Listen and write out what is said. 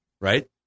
right